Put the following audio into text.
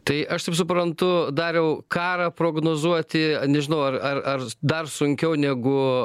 tai aš taip suprantu dariau karą prognozuoti nežinau ar ar ar dar sunkiau negu